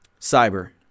cyber